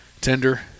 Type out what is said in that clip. tender